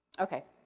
okay.